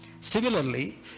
Similarly